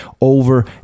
over